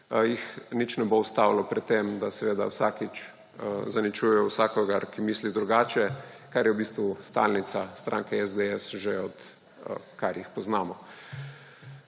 jih nič ne bo ustavilo pri tem, da seveda vsakič zaničujejo vsakogar, ki misli drugače, kar je v bistvu stalnica stranke SDS že, odkar jih poznamo.